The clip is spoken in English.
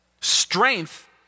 strength